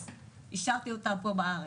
אז השארתי אותה פה בארץ,